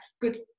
good